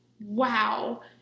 wow